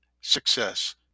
success